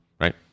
right